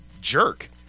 jerk